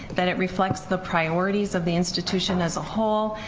that it reflects the priorities of the institution as a whole,